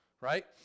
right